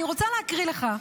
אני רוצה להקריא לך: